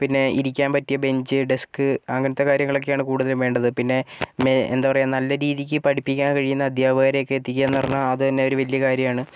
പിന്നെ ഇരിക്കാൻ പറ്റിയ ബെഞ്ച് ഡെസ്ക് അങ്ങനത്തെ കാര്യങ്ങളൊക്കെയാണ് കൂടുതലും വേണ്ടത് പിന്നെ മേ എന്താണ് പറയുക നല്ല രീതിക്ക് പഠിപ്പിക്കാൻ കഴിയുന്ന അധ്യാപകരെയൊക്കെ എത്തിക്കുക എന്ന് പറഞ്ഞാൽ അത് തന്നെ ഒരു വലിയ കാര്യമാണ്